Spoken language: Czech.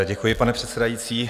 Děkuji, pane předsedající.